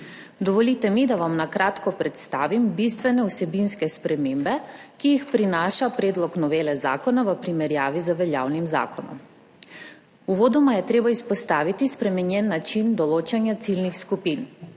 Dovolite mi, da vam na kratko predstavim bistvene vsebinske spremembe, ki jih prinaša predlog novele zakona v primerjavi z veljavnim zakonom. Uvodoma je treba izpostaviti spremenjen način določanja ciljnih skupin.